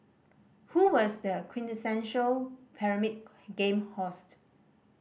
who was the quintessential Pyramid Game host